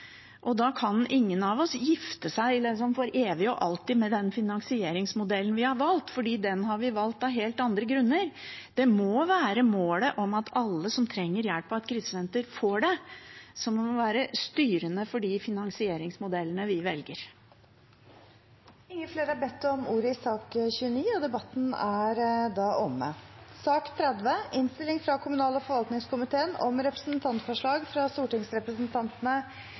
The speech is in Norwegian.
og da kan ingen av oss liksom gifte seg for evig og alltid med den finansieringsmodellen vi har valgt, for den har vi valgt av helt andre grunner. Det må være målet om at alle som trenger hjelp av et krisesenter, får det, som er styrende for de finansieringsmodellene vi velger. Flere har ikke bedt om ordet til sak nr. 29. Etter ønske fra kommunal- og forvaltningskomiteen